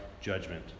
judgment